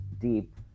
deep